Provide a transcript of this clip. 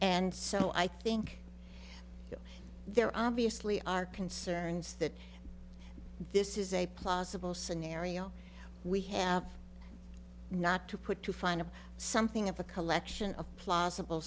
and so i think there are obviously are concerns that this is a plausible scenario we have not to put too fine of something of a collection of plausible